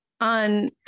on